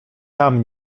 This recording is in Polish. tam